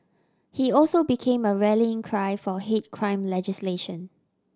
he also became a rallying cry for hate crime legislation